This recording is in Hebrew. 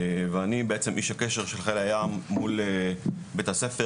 ואני בעצם איש הקשר של חיל הים מול בית הספר,